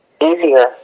easier